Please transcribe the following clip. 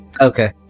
Okay